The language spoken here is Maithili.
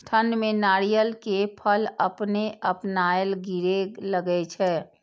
ठंड में नारियल के फल अपने अपनायल गिरे लगए छे?